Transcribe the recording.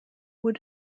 would